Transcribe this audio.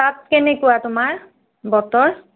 তাত কেনেকুৱা তোমাৰ বতৰ